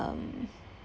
um